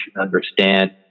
understand